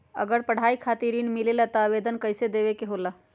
अगर पढ़ाई खातीर ऋण मिले ला त आवेदन कईसे देवे के होला?